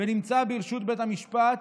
נמצא ברשות בית המשפט.